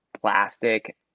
plastic